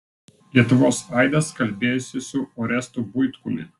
lietuvos aidas kalbėjosi su orestu buitkumi